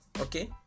okay